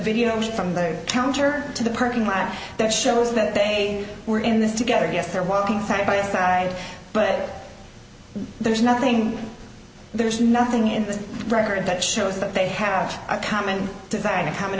video from the counter to the parking lot that shows that they were in this together yes they're walking side by side but there's nothing there's nothing in the record that shows that they have a common design a common